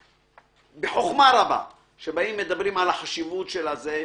בקמפיין שמדבר על החשיבות של הדבר.